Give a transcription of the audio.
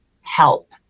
help